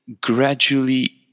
gradually